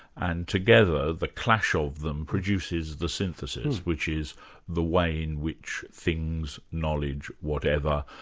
and together the clash of them produces the synthesis, which is the way in which things, knowledge, whatever,